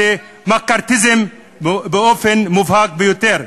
זה מקארתיזם באופן מובהק ביותר.